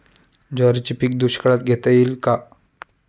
ज्वारीचे पीक दुष्काळात घेता येईल का?